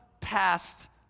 past